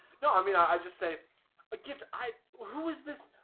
no, i mean, i just say a gift i who is this